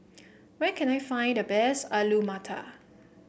where can I find the best Alu Matar